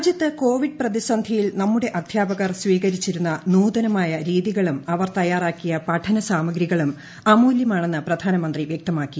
രാജ്യത്ത് കോവിഡ് പ്രതിസന്ധിയിൽ നമ്മുടെ അദ്ധ്യാപകർ സ്വീക്രിച്ചിരിക്കുന്ന നൂതനമായ രീതികളും അവർ തയ്യാറാക്കിയ പഠനസ്ാമഗ്രികളും അമൂല്യമാണെന്ന് പ്രധാനമന്ത്രി വ്യക്തമാക്കി